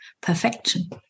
perfection